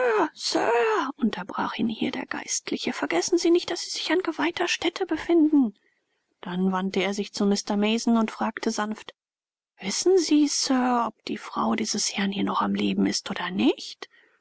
unterbrach ihn hier der geistliche vergessen sie nicht daß sie sich an geweihter stätte befinden dann wandte er sich zu mr mason und fragte sanft wissen sie sir ob die frau dieses herrn hier noch am leben ist oder nicht